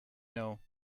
know